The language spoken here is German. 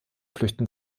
flüchten